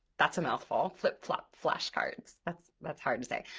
that's a mouthful, flip-flop flashcards, that's that's hard to say.